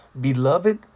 Beloved